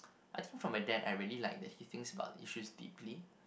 I think for my dad I really like that he thinks about the issues deeply